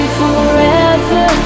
forever